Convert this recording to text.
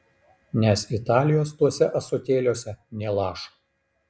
nes italijos tuose ąsotėliuose nė lašo